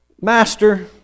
Master